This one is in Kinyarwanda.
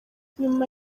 nyuma